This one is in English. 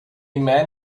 man